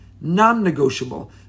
non-negotiable